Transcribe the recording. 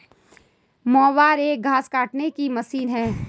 mower एक घास काटने की मशीन है